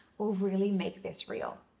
will really make this real.